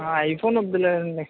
I phone వద్దు లేండి